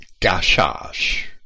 Gashash